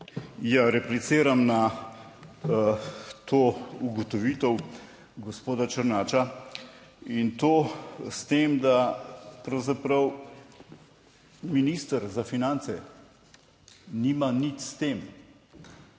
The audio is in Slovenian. Ja, repliciram na to ugotovitev gospoda Černača in to s tem, da pravzaprav minister za finance nima nič s tem.